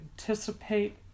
Anticipate